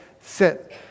Sit